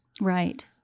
Right